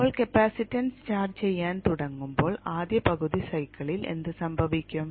ഇപ്പോൾ capacitance charge ചെയ്യാൻ തുടങ്ങുമ്പോൾ ആദ്യപകുതി സൈക്കിളിൽ എന്ത് സംഭവിക്കും